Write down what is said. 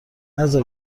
نزار